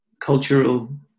cultural